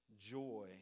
joy